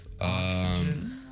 Oxygen